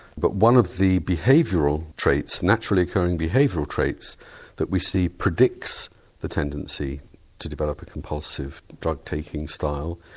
but one of the behavioural traits, naturally occurring behavioural traits that we see predicts the tendency to develop a compulsive drug taking style,